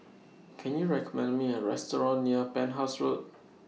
Can YOU recommend Me A Restaurant near Penhas Road